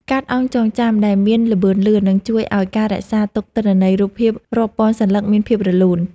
កាតអង្គចងចាំ ដែលមានល្បឿនលឿននឹងជួយឱ្យការរក្សាទុកទិន្នន័យរូបភាពរាប់ពាន់សន្លឹកមានភាពរលូន។